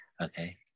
Okay